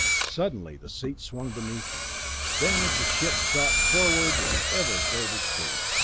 suddenly the seats swung beneath them then as the ship shot forward with ever greater speed,